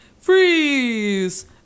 Freeze